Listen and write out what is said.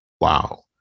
Wow